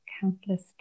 countless